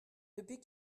depuis